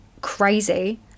crazy